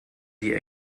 die